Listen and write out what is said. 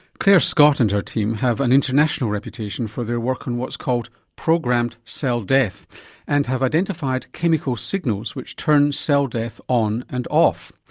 clare scott and her team have an international reputation for their work on what's called programmed cell death and have identified chemical signals which turn cell death on and off.